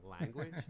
language